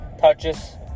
touches